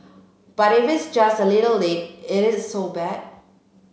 but if it's just a little late is it so bad